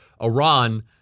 Iran